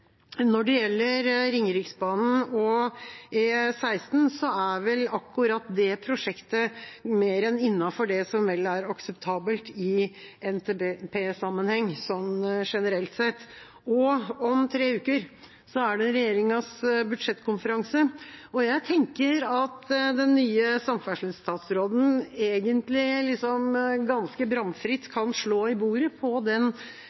Når det gjelder Ringeriksbanen og E16, er vel akkurat det prosjektet mer enn innenfor det som er akseptabelt i NTP-sammenheng, sånn generelt sett. Om tre uker er det regjeringas budsjettkonferanse. Jeg tenker at den nye samferdselsstatsråden egentlig ganske bramfritt kan slå i bordet på den